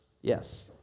Yes